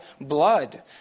blood